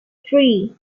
three